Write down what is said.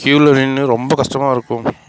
க்யூவில் நின்று ரொம்ப கஷ்டமாக இருக்கும்